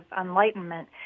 enlightenment